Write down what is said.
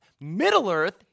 Middle-earth